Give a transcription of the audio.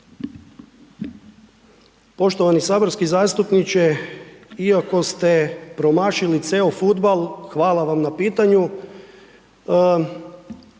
Poštovani saborski zastupniče, iako ste promašili ceo fudbal, hvala vam na pitanju.